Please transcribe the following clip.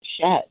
shed